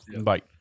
Bye